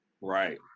right